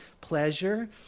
pleasure